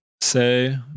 say